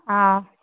ஆ